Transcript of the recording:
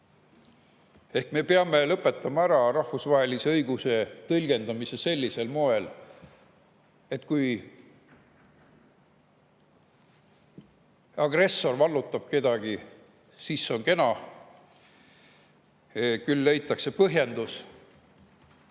Ehk me peame lõpetama ära rahvusvahelise õiguse tõlgendamise sellisel moel, et kui agressor vallutab kedagi, siis see on kena, küll leitakse põhjendus,